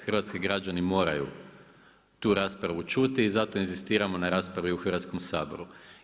Hrvatski građani moraju tu raspravu čuti i zato inzistiramo na raspravi u Hrvatskom saboru.